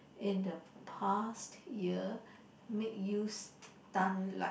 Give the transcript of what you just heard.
in the past ya made you stunned like